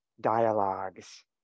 dialogues